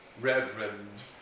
reverend